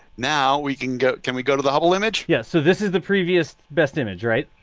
now we can go can we go to the hubble image? yes. so this is the previous best image, right?